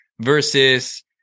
Versus